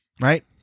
right